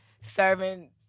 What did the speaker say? serving